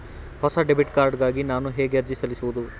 ಹೊಸ debit card ಗಾಗಿ ನಾನು ಹೇಗೆ ಅರ್ಜಿ ಸಲ್ಲಿಸುವುದು?